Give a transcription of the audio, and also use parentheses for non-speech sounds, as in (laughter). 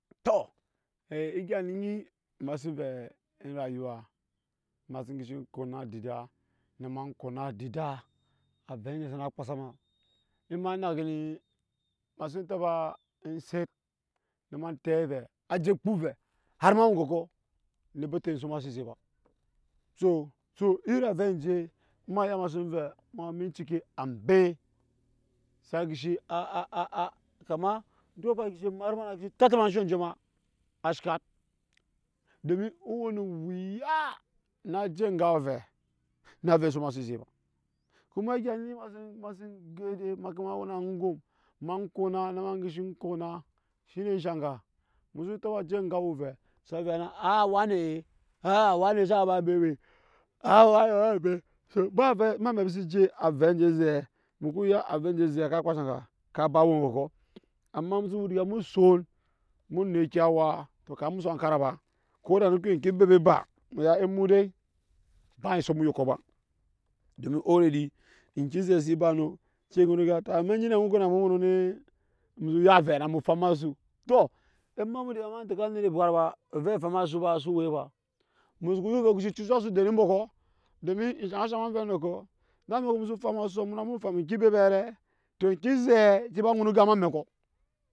To egya ne nyi ema sen vɛɛ en rayuwa ema disi konase adida na ema kona adida avɛ anje sa na kpa sa ma ema in na gani ema sen ta ba a en set na ema tɛɛ vɛɛ ajekpaa ovɛ har emawe engɔkɔ na be te ensok ma se zɛk ba so so iri avɛ anjee ema iya ema sen vɛɛ ema we me cikin ambe sa gishi (hesitation) kama ondɔŋ afaŋ a gishi mat ema na gishi tafta ma ansho anje ma a shat domin woo no wuya na je enga awa ovɛ na ⱱ ensok ma se zɛk ba kuma egya ne nyi ema sen ema ken we na angɔm ema kona na ema gishikona shine enshaŋ ga emu so ta ba je enga waa ovɛsavɛɛ na a a wani e e aawani sa we nambe be a a wani we ma ambe so ba vɛ eme amɛk mbise je avɛ anje azɛɛ emu ku avɛ anje azɛɛ ka kpaa enshaŋ ga? Avɛ anje azɛɛ ka ba we engɔkɔ amma emu so rigaa mu soon na mu neki a waa to kamin nemu so hankara ba ko da eni ke we enke bebet e ba emu ya emu dai ba ensok mu eyɔkɔ ba domin already enke ezɛɛ si ba no, se ke nun egan, amma amɛk nyina ambonbonɔ nɛ emu su kuya avɛ na emu fam asu to ema emu dei ne ba ema fam asu to ema emu dei ne ba ema en teke anet ebwat ba ove efam asu ba su we ba ba emuya ovɛ ko disi cucu asu den enbɔkɔ domin enshaŋga eshaŋ ema vɛɛ endɔkɔ eme amɛko emu so fam asuɔ emu na mu woo fam ŋke bebeɛ rɛ? Eŋke zɛɛ ke ba ŋun gan eme amɛkɔ.